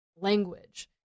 language